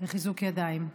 וחיזוק ידיים.